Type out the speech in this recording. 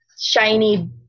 shiny